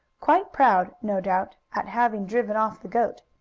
quite proud, no doubt, at having driven off the goat.